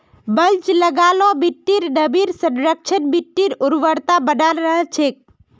mulch लगा ल मिट्टीर नमीर संरक्षण, मिट्टीर उर्वरता बनाल रह छेक